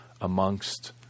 amongst